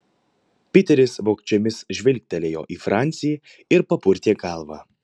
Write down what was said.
piteris vogčiomis žvilgtelėjo į francį ir papurtė galvą